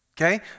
okay